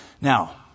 Now